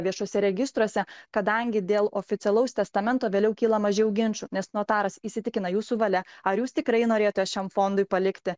viešuose registruose kadangi dėl oficialaus testamento vėliau kyla mažiau ginčų nes notaras įsitikina jūsų valia ar jūs tikrai norėjote šiam fondui palikti